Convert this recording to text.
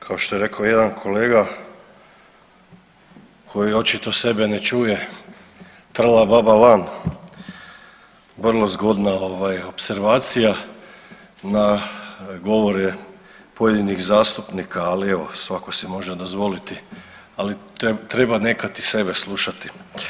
Kao što je rekao jedan kolega koji očito sebe ne čuje „trla baba lan“ vrlo zgodna opservacija na govore pojedinih zastupnika, ali evo svatko si može dozvoliti ali treba nekad i sebe slušati.